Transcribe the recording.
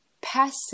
passive